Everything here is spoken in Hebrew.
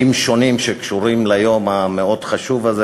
דיונים בנושאים שונים שקשורים ליום המאוד-חשוב הזה: